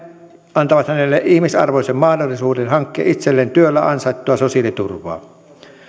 antavat hänelle ihmisarvoisen mahdollisuuden hankkia itselleen työllä ansaittua sosiaaliturvaa